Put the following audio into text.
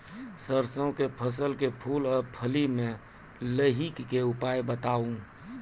सरसों के फसल के फूल आ फली मे लाहीक के उपाय बताऊ?